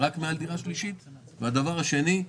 והדבר השני,